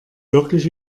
wirklich